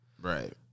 Right